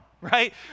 right